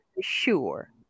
sure